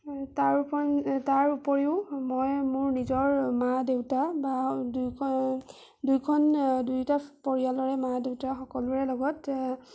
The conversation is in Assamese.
তাৰ উপৰিও তাৰ উপৰিও মই মোৰ নিজৰ মা দেউতা বা দুখন দুখন দুইটা পৰিয়ালৰে মা দেউতা সকলোৰে লগত